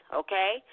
okay